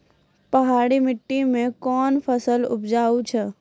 पहाड़ी मिट्टी मैं कौन फसल उपजाऊ छ?